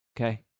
Okay